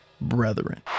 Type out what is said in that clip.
brethren